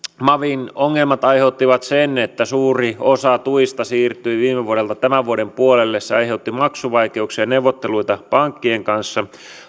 mavin ongelmat aiheuttivat sen että suuri osa tuista siirtyi viime vuodelta tämän vuoden puolelle se aiheutti maksuvaikeuksia ja neuvotteluita pankkien kanssa